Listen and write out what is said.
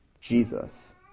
Jesus